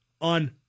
on